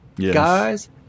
Guys